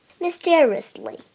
mysteriously